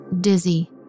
dizzy